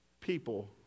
people